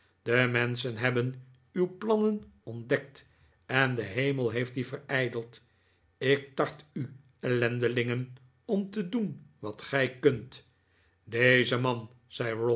de menschen hebben uw plannen ontdekt en de hemel heeft die verijdeld ik tart u ellendelingen om te doen wat gij kunt